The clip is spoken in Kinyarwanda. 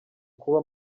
kuba